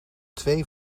twee